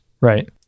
Right